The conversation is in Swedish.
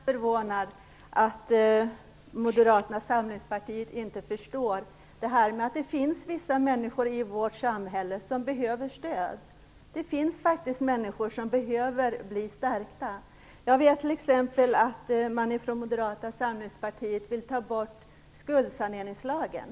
Fru talman! Jag är inte alls förvånad att Moderata samlingspartiet inte förstår att det finns vissa människor i vårt samhälle som behöver stöd. Det finns faktiskt människor som behöver bli stärkta. Jag vet t.ex. att man från Moderata samlingspartiet vill ta bort skuldsaneringslagen.